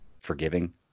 forgiving